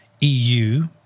EU